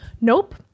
Nope